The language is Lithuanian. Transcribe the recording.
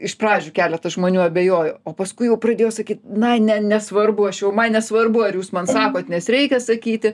iš pradžių keletas žmonių abejojo o paskui jau pradėjo sakyt na ne nesvarbu aš jau man nesvarbu ar jūs man sakot nes reikia sakyti